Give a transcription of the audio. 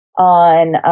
on